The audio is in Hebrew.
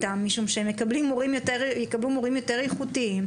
התלמידים משום שהם יקבלו מורים יותר איכותיים,